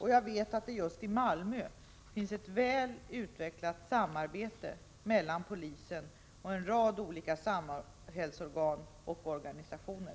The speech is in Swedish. Jag vet att det just i Malmö finns ett väl utvecklat samarbete mellan polisen och en rad olika samhällsorgan och organisationer.